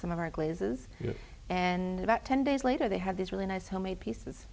some of our glazes and about ten days later they had these really nice homemade pieces